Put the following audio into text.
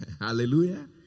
Hallelujah